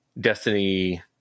Destiny